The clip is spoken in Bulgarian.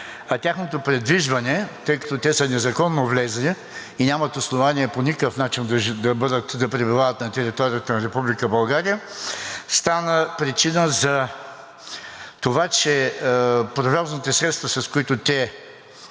а тяхното придвижване, тъй като са незаконно влезли и нямат основание по никакъв начин да пребивават на територията на Република България, стана причина за това, че превозните средства, с които те